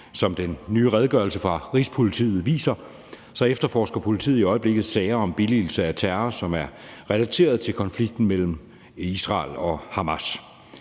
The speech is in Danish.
Som den nye redegørelse fra Rigspolitiet viser, efterforsker politiet i øjeblikket sager om billigelse af terror, som er relateret til konflikten mellem Israel og Hamas.